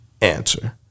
answer